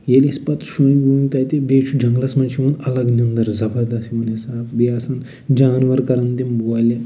ییٚلہِ أسۍ پَتہٕ شۅنٛگۍ وۅنٛگۍ تتہِ بیٚیہِ چھُ جنٛگلَس مَنٛز چھِ یِوان الگ نٮ۪نٛدٕر زَبردس یِوان حِساب بیٚیہِ آسان جانوَر کَران تِم بولہِ